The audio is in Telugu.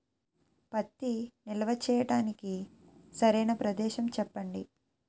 పత్తి నిల్వ చేయటానికి సరైన ప్రదేశం చెప్పండి?